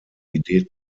idee